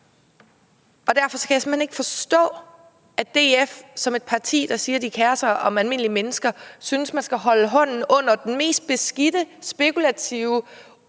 Og derfor kan jeg simpelt hen ikke forstå, at DF som et parti, der siger, at de kerer sig om almindelige mennesker, synes, man skal holde hånden under den mest beskidte, spekulative,